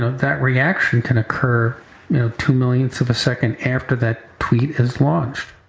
that reaction can occur you know two-millionths of a second after that tweet is launched.